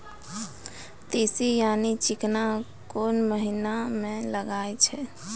तीसी यानि चिकना कोन महिना म लगाय छै?